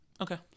Okay